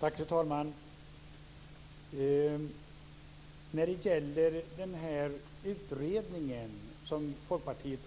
Fru talman! Det gäller den utredning som Folkpartiet